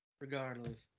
regardless